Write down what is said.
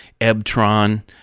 Ebtron